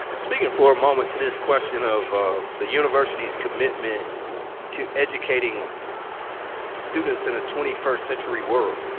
speaking for a moment to this question of the university's commitment to educating students in a twenty first century world,